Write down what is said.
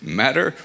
matter